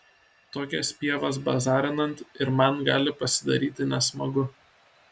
tokias pievas bazarinant ir man gali pasidaryti nesmagu